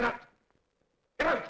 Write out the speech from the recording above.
yeah yeah